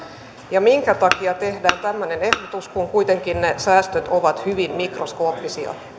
ja minkä takia tehdä tämmöinen ehdotus kun kuitenkin ne säästöt ovat hyvin mikroskooppisia